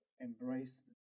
embrace